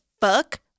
fuck